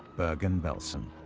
bergen-belsen,